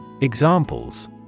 Examples